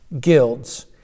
guilds